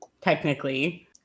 technically